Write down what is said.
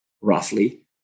roughly